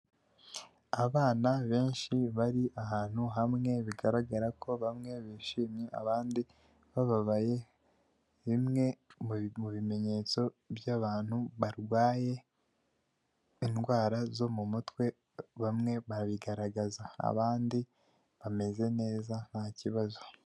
Abana benshi bari ahantu hamwe bigaragara ko bamwe bishimye abandi bababaye, bimwe mu bimenyetso by'abantu barwaye indwara zo mu mutwe bamwe barabigaragaza abandi bameze neza nta kibazo.